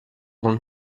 con